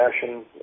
fashion